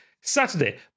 Saturday